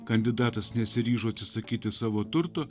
kandidatas nesiryžo atsisakyti savo turtų